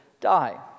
die